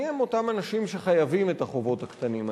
מיהם אותם אנשים שחייבים את החובות הקטנים האלה?